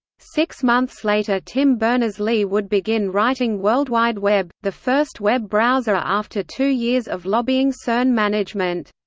six months later tim berners-lee would begin writing worldwideweb, the first web browser after two years of lobbying cern management.